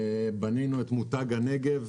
בנינו את מותג הנגב.